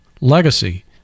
Legacy